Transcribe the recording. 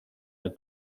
are